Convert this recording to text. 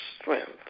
strength